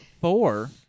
Four